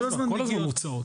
הן כל הזמן מוצאות.